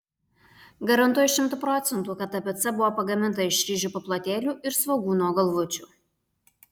garantuoju šimtu procentų kad ta pica buvo pagaminta iš ryžių paplotėlių ir svogūno galvučių